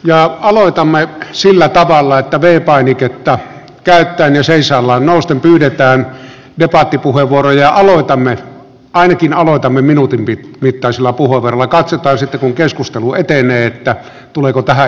ja aloitamme sillä tavalla että tein painiketta käyttäen seisaallaan austin pyydetään ja vaati puheenvuoroja luotamme kaikin aloitamme minuutin mittaisella puolella katsotaan sitten kun keskustelu etenee myötä tuleeko tähän